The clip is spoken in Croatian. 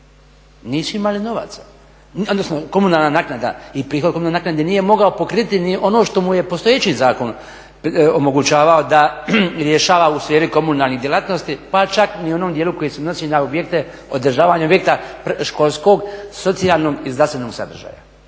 Nisu imali novaca, odnosno komunalna naknada i prihod od komunalne naknade nije mogao pokriti ni ono što mu je postojeći zakon omogućavao da rješava u sferi komunalnih djelatnosti pa čak ni u onom dijelu koji se odnosi na održavanje objekta školskog, socijalnog i zdravstvenog sadržaja